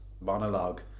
monologue